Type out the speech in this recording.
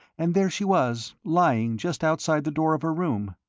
and there she was lying just outside the door of her room.